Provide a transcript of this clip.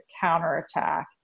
counterattack